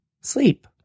sleep